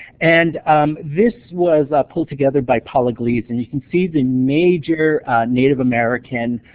and um this was pulled together by paula giese. and you can see the major native america and